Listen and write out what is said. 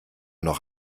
noch